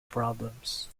problems